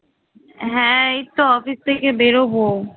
হ্যাঁ এই তো অফিস থেকে বেরোবো